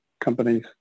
companies